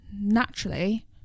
naturally